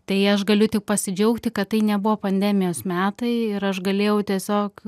tai aš galiu tik pasidžiaugti kad tai nebuvo pandemijos metai ir aš galėjau tiesiog